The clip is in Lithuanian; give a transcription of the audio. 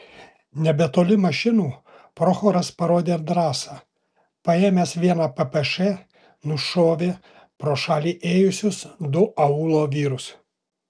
nebetoli mašinų prochoras parodė drąsą paėmęs vieną ppš nušovė pro šalį ėjusius du aūlo vyrus